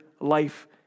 life